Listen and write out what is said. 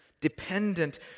dependent